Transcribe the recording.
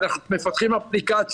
אנחנו מפתחים אפליקציה,